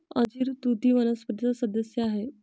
अंजीर तुती वनस्पतीचा सदस्य आहे